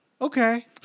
Okay